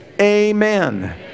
amen